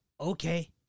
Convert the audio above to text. okay